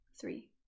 Three